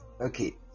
Okay